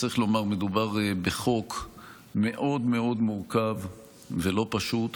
צריך לומר, מדובר בחוק מאוד מאוד מורכב ולא פשוט.